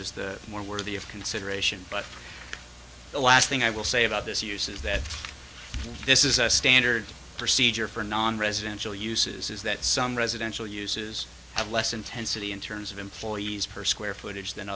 is the more worthy of consideration but the last thing i will say about this use is that this is a standard procedure for nonresidential uses is that some residential uses have less intensity in terms of employees per square footage than